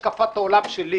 לדיון בהצעת חוק התקשורת (בזק ושידורים).